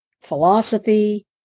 philosophy